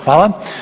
Hvala.